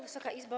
Wysoka Izbo!